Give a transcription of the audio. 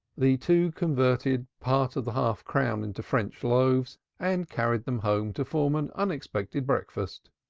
the two converted part of the half-crown into french loaves and carried them home to form an unexpected breakfast.